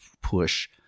push